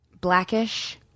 blackish